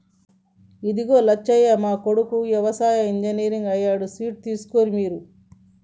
ఇదిగో లచ్చయ్య మా కొడుకు యవసాయ ఇంజనీర్ అయ్యాడు స్వీట్స్ తీసుకోర్రి మీరు